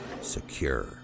Secure